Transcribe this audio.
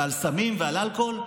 על סמים ועל אלכוהול.